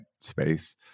space